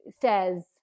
says